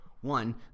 One